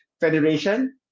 Federation